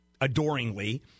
adoringly